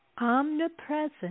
omnipresent